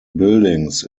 buildings